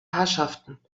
herrschaften